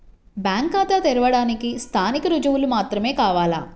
Bank ఖాతా తెరవడానికి స్థానిక రుజువులు మాత్రమే కావాలా?